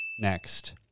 Next